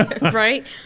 Right